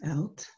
Out